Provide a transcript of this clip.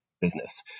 business